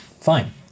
Fine